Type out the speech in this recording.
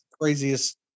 craziest